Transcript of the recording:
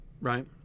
right